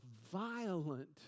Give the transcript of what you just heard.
violent